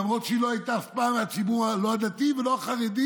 למרות שהיא לא הייתה אף פעם לא מהציבור הדתי ולא החרדי,